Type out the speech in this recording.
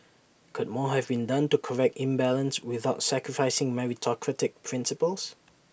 could more have been done to correct imbalance without sacrificing meritocratic principles